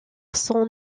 son